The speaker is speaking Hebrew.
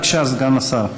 בבקשה סגן השר.